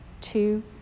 two